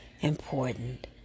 important